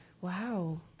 Wow